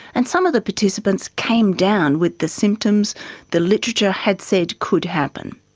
and some of the participants came down with the symptoms the literature had said could happen.